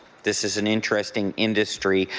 this is an interesting industry,